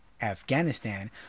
Afghanistan